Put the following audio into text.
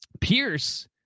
Pierce